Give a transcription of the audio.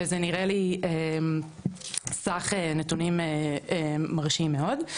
וזה נראה לי סך נתונים מרשימים מאוד.